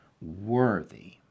worthy